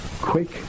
quick